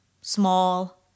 small